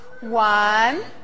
One